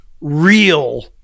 real